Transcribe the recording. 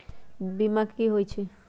बीमा कि होई छई?